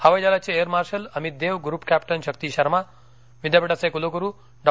हवाई दलाचे air marshal Amit Dev group captain Shakti Sharma विद्यापीठाचे कूलग्रू डॉ